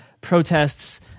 protests